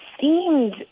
seemed